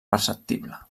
perceptible